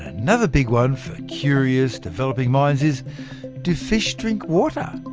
and another big one for curious, developing minds is do fish drink water.